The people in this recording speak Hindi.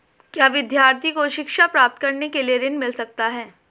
क्या विद्यार्थी को शिक्षा प्राप्त करने के लिए ऋण मिल सकता है?